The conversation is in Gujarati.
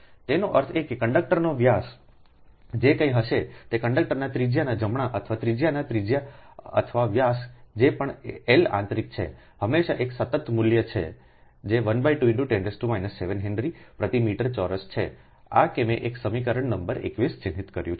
તેનો અર્થ એ કે કંડક્ટરનો વ્યાસ જે કંઇ હશે તે કંડક્ટરના ત્રિજ્યાના જમણા અથવા ત્રિજ્યાના ત્રિજ્યા અથવા વ્યાસ જે પણ આ એલ આંતરિક છે હંમેશા એક સતત મૂલ્ય જે12×10 7હેનરી પ્રતિ મીટર ચોરસ છે આ છે કે મેં એક સમીકરણ નંબર 21 ચિહ્નિત કર્યો છે